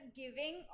giving